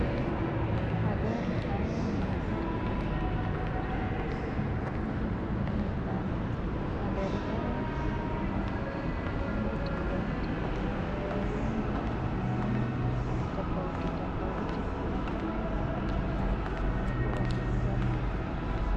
Magari haya ni magari ambayo yana uzwa na ziko mingi sana. Magari haya kuna rangi tofauti, na kumeundwa kwa muundowa tofauti tofauti natumai hapo ni mahali ambapo wanauza magari.